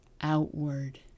outward